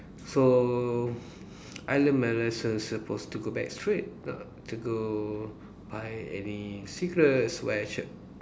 so I learnt my lesson supposed to go back straight not to go buy any cigarettes when I should